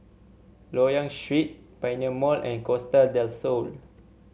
Loyang Street Pioneer Mall and Costa Del Sol